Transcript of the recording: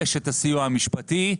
יש את הסיוע המשפטי,